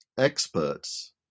experts